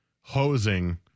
hosing